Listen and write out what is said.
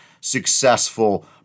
successful